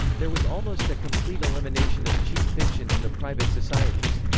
there was almost a complete elimination of cheap fiction in the private societies.